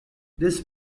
this